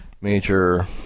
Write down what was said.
major